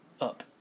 up